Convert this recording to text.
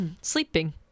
sleeping